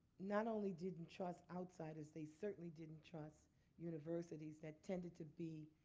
not only didn't trust outsiders, they certainly didn't trust universities that tended to be